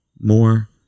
more